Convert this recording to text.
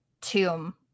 tomb